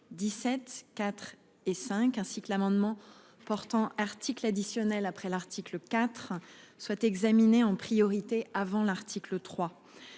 17, 4 et 5, ainsi que l'amendement portant article additionnel après l'article 4, soient examinés en priorité avant l'article 3